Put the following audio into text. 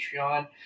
Patreon